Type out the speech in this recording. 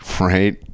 right